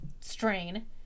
strain